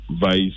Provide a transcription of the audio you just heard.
vice